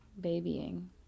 babying